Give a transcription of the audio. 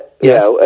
Yes